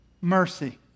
mercy